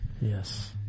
Yes